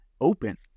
open